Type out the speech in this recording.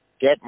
get